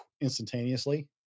instantaneously